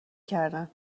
کردن